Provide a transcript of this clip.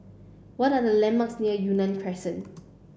what are the landmarks near Yunnan Crescent